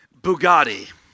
Bugatti